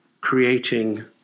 creating